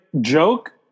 joke